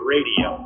Radio